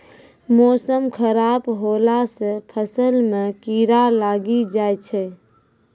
मौसम खराब हौला से फ़सल मे कीड़ा लागी जाय छै?